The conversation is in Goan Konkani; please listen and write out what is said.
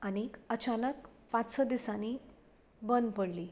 आनीक अचानक पांच स दिसांनी बंद पडली